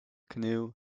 canoe